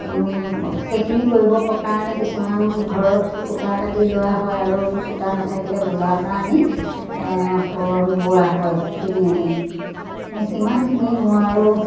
সেইখিনি কৰিবৰ কাৰণে কিছুমান ঘৰত সূতা কাটি লোৱা হয় আৰু সূতা নাথাকিলে বজাৰৰপৰা আনি বোৱা হয় কিনি আনি এই সিমানখিনি মই আৰু